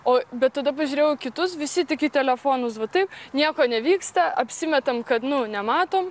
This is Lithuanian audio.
o bet tada pažiūrėjau į kitus visi tik į telefonus va taip nieko nevyksta apsimetam kad nu nematom